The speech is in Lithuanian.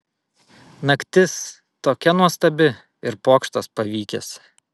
naktis tokia nuostabi ir pokštas pavykęs